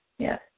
Yes